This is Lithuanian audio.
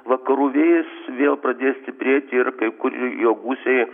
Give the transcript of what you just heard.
vakarų vėjas vėl pradės stiprėti ir kai kur jo gūsiai